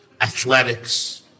athletics